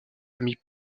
familles